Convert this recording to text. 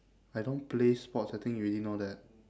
I don't play sports I think you already know that